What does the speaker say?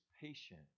patient